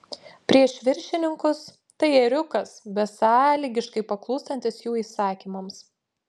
prieš viršininkus tai ėriukas besąlygiškai paklūstantis jų įsakymams